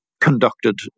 conducted